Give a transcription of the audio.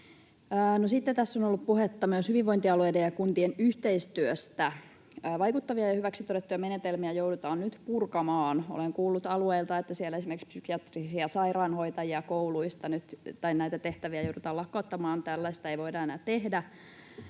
tässä on ollut puhetta myös hyvinvointialueiden ja kuntien yhteistyöstä. Vaikuttavia ja hyväksi todettuja menetelmiä joudutaan nyt purkamaan. Olen kuullut alueilta, että kun siellä on ollut esimerkiksi psykiatrisia sairaanhoitajia kouluissa, niin nyt näitä tehtäviä joudutaan lakkauttamaan, tällaista ei voida enää tehdä.